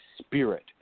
spirit